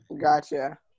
Gotcha